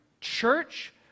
church